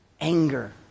Anger